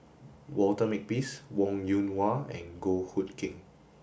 Walter Makepeace Wong Yoon Wah and Goh Hood Keng